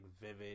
vivid